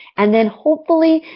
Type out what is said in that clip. and then, hopefully,